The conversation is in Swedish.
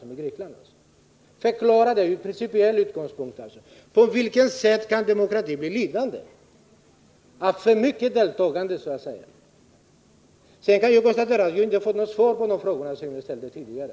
13 december 1979 Förklara det från principiell utgångspunkt, Daniel Tarschys! På vilket sätt kan demokratin bli lidande av för stort deltagande, så att säga? Sedan kan jag konstatera att jag inte fått något svar på de frågor som jag ställt tidigare.